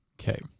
Okay